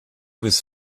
was